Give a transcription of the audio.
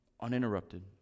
uninterrupted